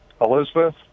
Elizabeth